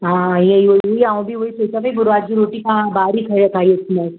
हा इअं ई उहोई आहे मां बि उहोई सोचियां पई पोइ राति जो रोटी तव्हां ॿाहिरि ही खाई ईंदासे